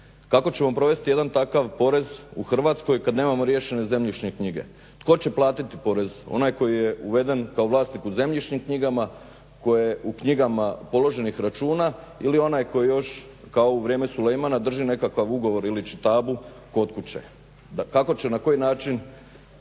Kako ćemo provesti jedan takav porez u Hrvatskoj kad nemamo riješene zemljišne knjige. Tko će platiti porez, onaj koji je uveden kao vlasnik u zemljišnim knjigama, tko je u knjigama položenih računa ili onaj koji još kao u vrijeme Sulejmana drži nekakav ugovor ili čitabu kod kuće. Kako će, na koji način